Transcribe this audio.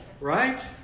Right